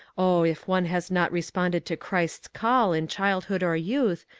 oh, if one has not responded to christ's call in childhood or youth,